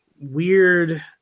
weird